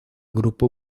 grupo